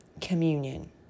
communion